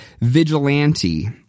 vigilante